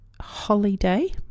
holiday